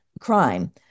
crime